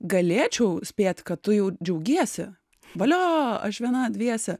galėčiau spėt kad tu jau džiaugiesi valio aš viena dviese